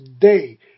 day